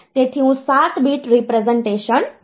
તેથી હું 7 bit representation લઉં છું